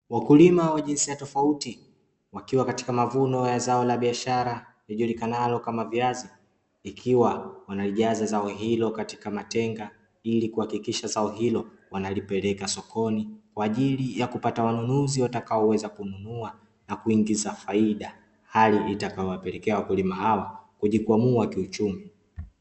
Wakulima wa jinsia tofauti wakiwa katika mavuno ya zao la biashara lijulikanalo kama viazi, ikiwa wanalijaza zao hilo katika matenga ili kuhakikisha zao hilo wanalipeleka sokoni kwa ajili ya kupata wanunuzi watakaonunua kwa ajili ya kupata faida, hali itakayowapelekea wakulima hao kujikwamua kichumi.